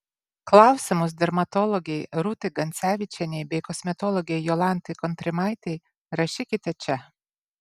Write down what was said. klausimus dermatologei rūtai gancevičienei bei kosmetologei jolantai kontrimaitei rašykite čia